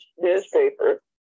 newspaper